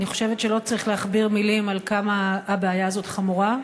אני חושבת שלא צריך להכביר מילים על כמה הבעיה הזאת חמורה,